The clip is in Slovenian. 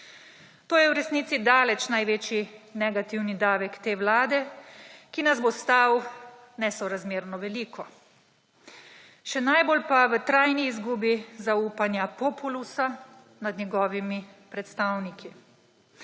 To je v resnici daleč največji negativni davek te Vlade, ki nas bo stal nesorazmerno veliko, še najbolj pa v trajni izgubi zaupanja populusa **12.